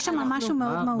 יש שם משהו מאוד מהותי.